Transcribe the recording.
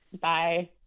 bye